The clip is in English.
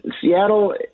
Seattle